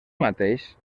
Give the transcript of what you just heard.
mateix